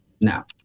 now